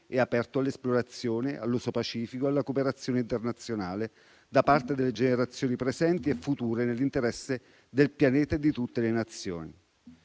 e aperto all'esplorazione, all'uso pacifico e alla cooperazione internazionale da parte delle generazioni presenti e future, nell'interesse del pianeta e di tutte le Nazioni.